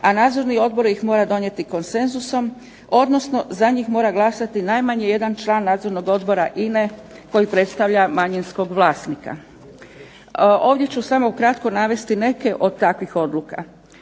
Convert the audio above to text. a nadzorni odbor ih mora donijeti konsenzusom odnosno za njih mora glasati najmanje 1 član Nadzornog odbora INA-e koji predstavlja manjinskog vlasnika. Ovdje ću samo ukratko navesti neke od takvih odluka.